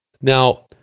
Now